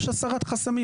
יש הסרת חסמים.